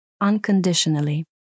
unconditionally